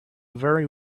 very